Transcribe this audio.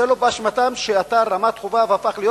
זה לא באשמתם שאתר רמת-חובב הפך להיות